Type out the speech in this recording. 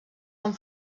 amb